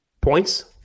Points